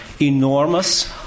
enormous